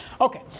Okay